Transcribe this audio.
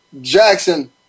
Jackson